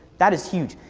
that is huge.